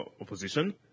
opposition